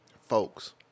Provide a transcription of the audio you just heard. Folks